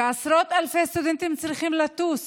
ועשרות אלפי סטודנטים צריכים לטוס